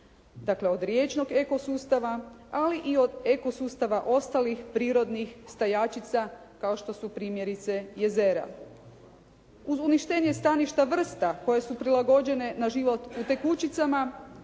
dakle od riječnog eko sustava ali i od eko sustava ostalih prirodnih stajačica kao što su primjerice jezera. Uz uništenje staništa vrsta koje su prilagođene na život u tekućicama,